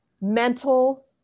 mental